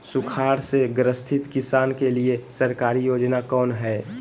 सुखाड़ से ग्रसित किसान के लिए सरकारी योजना कौन हय?